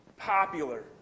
popular